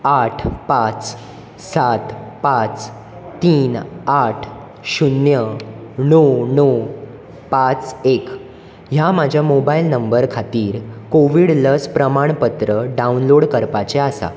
आठ पांच सात पांच तीन आठ शुन्य णव णव पांच एक ह्या म्हज्या मोबायल नंबरा खातीर कोवीड लस प्रमाणपत्र डावनलोड करपाचें आसा